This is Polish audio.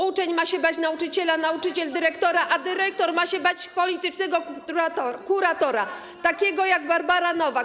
Uczeń ma się bać nauczyciela, nauczyciel dyrektora, a dyrektor ma się bać politycznego kuratora takiego jak np. Barbara Nowak.